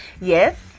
yes